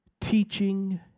teaching